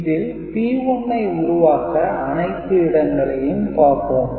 இதில் P1 ஐ உருவாக்க அனைத்து இடங்களையும் பார்ப்போம்